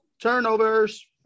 Turnovers